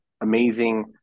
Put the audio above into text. amazing